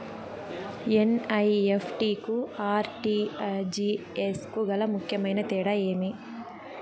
NEFT కు RTGS కు గల ముఖ్యమైన తేడా ఏమి?